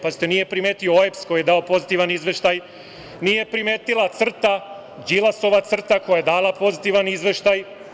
Pazite, nije primetio OEBS koji je dao pozitivan izveštaj, nije primetila CRTA, Đilasova CRTA koja je dala pozitivan izveštaj.